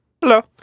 hello